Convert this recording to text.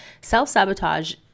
self-sabotage